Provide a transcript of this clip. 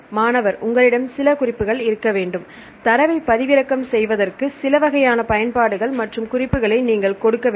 மாணவர் உங்களிடம் சில குறிப்புகள் இருக்க வேண்டும் தரவுகளை பதிவிறக்கம் செய்வதற்கு சில வகையான பயன்பாடுகள் மற்றும் குறிப்புகளை நீங்கள் கொடுக்க வேண்டும்